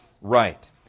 right